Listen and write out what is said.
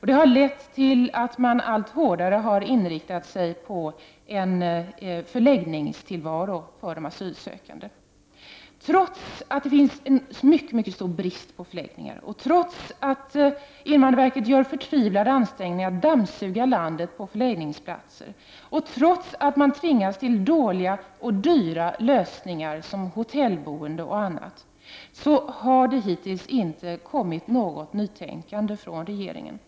Detta har lett till att man allt hårdare har inriktat sig på en förläggningstillvaro för de asylsökande. Trots att det finns en synnerligen stor brist på förläggningar, trots att invandrarverket gör förtvivlade ansträngningar att dammsuga landet på förläggningsplatser och trots att man tvingas till dåliga och dyrbara lösningar — hotellboende etc. — har vi hittills inte kunnat notera något nytänkande från regeringens sida.